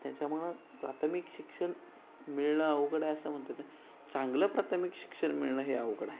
त्याच्यामुळं प्राथमिक शिक्षण मिळणं अवघड आहे असं म्हणताना चांगलं प्राथमिक शिक्षण मिळणं हे अवघड आहे